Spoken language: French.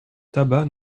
tabac